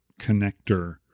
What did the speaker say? connector